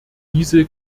diese